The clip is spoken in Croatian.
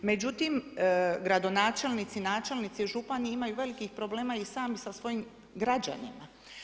Međutim, gradonačelnici, načelnici, župani imaju velikih problema i sami sa svojim građanima.